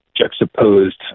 juxtaposed